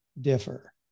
differ